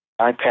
iPad